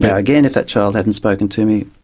but again, if that child hadn't spoken to me,